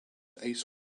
ice